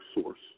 source